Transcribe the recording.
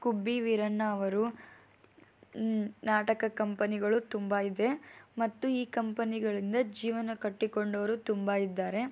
ಗುಬ್ಬಿ ವೀರಣ್ಣ ಅವರು ನಾಟಕ ಕಂಪನಿಗಳು ತುಂಬ ಇದೆ ಮತ್ತು ಈ ಕಂಪನಿಗಳಿಂದ ಜೀವನ ಕಟ್ಟಿಕೊಂಡವರು ತುಂಬ ಇದ್ದಾರೆ